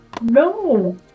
no